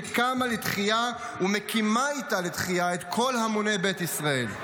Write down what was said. שקמה לתחייה ומקימה איתה לתחייה את כל המוני בית ישראל,